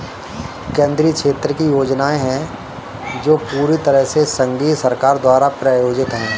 केंद्रीय क्षेत्र की योजनाएं वे है जो पूरी तरह से संघीय सरकार द्वारा प्रायोजित है